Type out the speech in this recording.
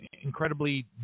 incredibly